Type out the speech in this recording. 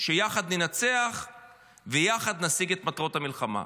שיחד ננצח ויחד נשיג את מטרות המלחמה.